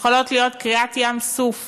יכולות להיות קריעת ים סוף